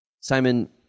Simon